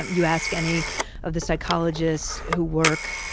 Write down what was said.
you ask any of the psychologists who work,